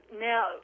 now